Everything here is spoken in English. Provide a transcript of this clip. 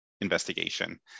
investigation